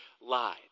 lied